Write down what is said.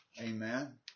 Amen